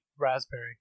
raspberry